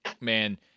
man